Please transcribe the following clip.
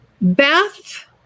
Beth